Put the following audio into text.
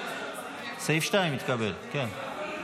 סעיף 2 התקבל, כן.